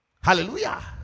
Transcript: Hallelujah